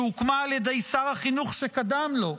שהוקמה על ידי שר החינוך שקדם לו,